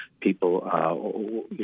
people